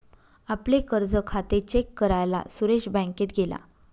आपले कर्ज खाते चेक करायला सुरेश बँकेत गेला